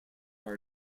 are